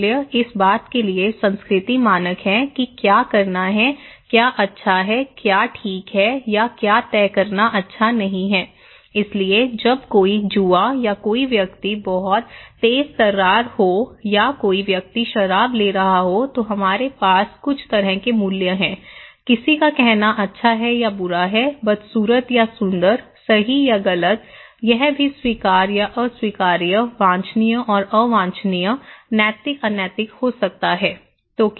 मूल्य इस बात के लिए संस्कृति मानक हैं कि क्या करना है क्या अच्छा है क्या ठीक है या क्या तय करना अच्छा नहीं है इसलिए जब कोई जुआ या कोई व्यक्ति बहुत तेजतर्रार हो या कोई व्यक्ति शराब ले रहा हो तो हमारे पास कुछ तरह के मूल्य हैं किसी का कहना अच्छा है या बुरा है बदसूरत या सुंदर सही या गलत यह भी स्वीकार या अस्वीकार्य वांछनीय और अवांछनीय नैतिक अनैतिक हो सकता है